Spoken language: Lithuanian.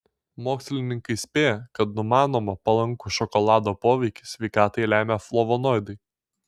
mokslininkai spėja kad numanomą palankų šokolado poveikį sveikatai lemia flavonoidai